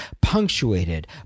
punctuated